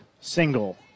single